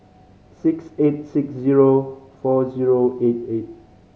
six eight six zero four zero eight eight